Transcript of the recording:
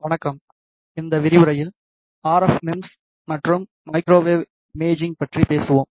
வணக்கம் இந்த விரிவுரையில் ஆர்எஃப் மெம்ஸ் மற்றும் மைக்ரோவேவ் இமேஜிங் பற்றி பேசுவோம்